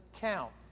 count